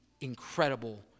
incredible